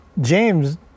James